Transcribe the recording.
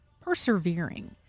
persevering